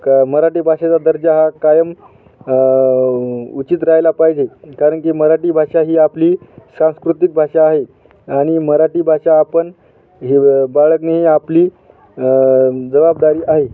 क मराठी भाषेचा दर्जा हा कायम उचित राहायला पाहिजे कारण की मराठी भाषा ही आपली सांस्कृतिक भाषा आहे आणि मराठी भाषा आपण ही बाळगणे ही आपली जबाबदारी आहे